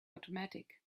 automatic